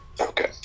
Okay